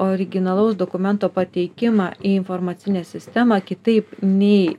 originalaus dokumento pateikimą į informacinę sistemą kitaip nei